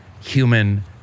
human